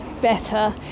better